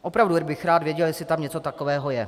Opravdu bych rád věděl, jestli tam něco takového je.